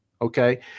Okay